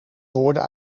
woorden